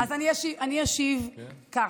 אני אשיב כך: